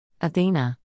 Athena